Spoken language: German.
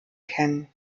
kennen